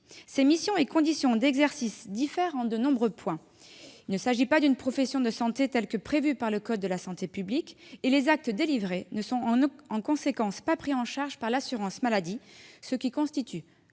Ses missions et conditions d'exercice diffèrent sur de nombreux points : il ne s'agit pas d'une profession de santé telle que prévue par le code de la santé publique et les actes délivrés ne sont, en conséquence, pas pris en charge par l'assurance maladie, ce qui constitue